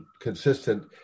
consistent